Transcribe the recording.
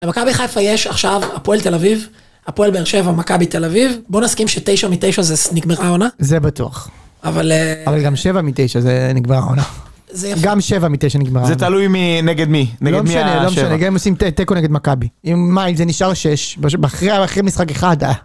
במכבי חיפה יש עכשיו, הפועל תל אביב, הפועל באר שבע, מכבי תל אביב, בואו נסכים שתשע מתשע זה נגמר העונה, זה בטוח, אבל גם שבע מתשע זה נגמר העונה, גם שבע מתשע נגמר העונה, זה תלוי מי נגד מי, לא משנה, גם אם עושים תיקו נגד מכבי, אם במאי זה נשאר שש, אחרי משחק אחד, אה.